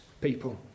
people